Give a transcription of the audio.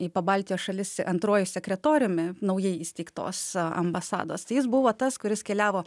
į pabaltijo šalis antruoju sekretoriumi naujai įsteigtos ambasados tai jis buvo tas kuris keliavo